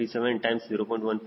063 ಹೀಗಾಗಿ CLtrim 0